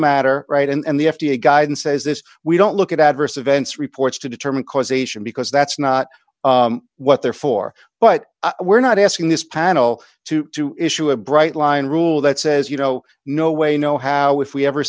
matter right and the f d a guidance says this we don't look at adverse events reports to determine causation because that's not what they're for but we're not asking this panel to to issue a bright line rule that says you know no way no how if we ever